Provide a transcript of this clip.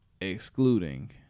excluding